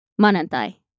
Manantai